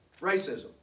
racism